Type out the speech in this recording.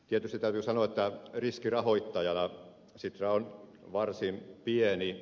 tietysti täytyy sanoa että riskirahoittajana sitra on varsin pieni